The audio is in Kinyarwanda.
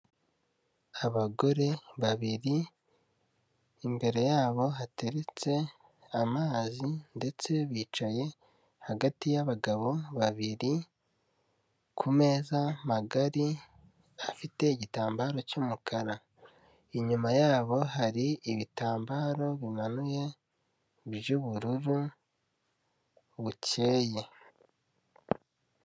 Abagore babiri imbere yabo hateretse amazi, ndetse bicaye hagati y'abagabo babiri, ku meza magari, afite igitambaro cy'umukara. Inyuma yabo hari ibitambaro bimanuye by'ubururu, bukeye.